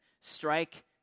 Strike